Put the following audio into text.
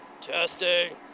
Testing